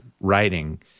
writing